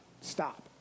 stop